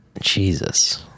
Jesus